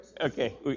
okay